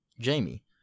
Jamie